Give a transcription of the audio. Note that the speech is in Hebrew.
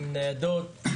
ניידות,